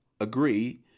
agree